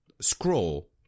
scroll